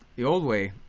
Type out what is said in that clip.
the old way